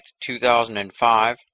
2005